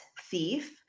thief